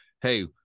Hey